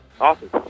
Awesome